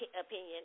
opinion